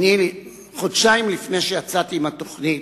חודשיים לפני שיצאתי עם התוכנית,